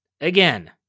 Again